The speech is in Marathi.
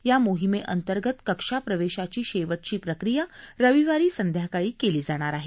या मोहिमेअंतर्गत कक्षाप्रवेशाची शेवटची प्रक्रिया रविवारी संध्याकाळी केली जाणार आहे